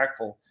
impactful